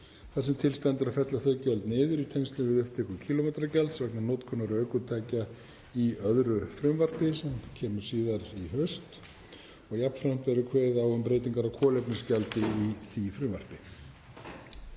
sem til stendur að fella þau gjöld niður í tengslum við upptöku kílómetragjalds vegna notkunar ökutækja, í öðru frumvarpi sem kemur síðar í haust. Jafnframt verður kveðið á um breytingar á kolefnisgjaldi í því frumvarpi.